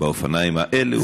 באופניים האלה ובאופניים האלה,